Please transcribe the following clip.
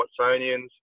Watsonians